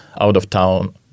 out-of-town